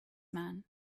man